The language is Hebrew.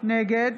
נגד